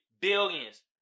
billions